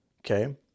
okay